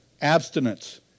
abstinence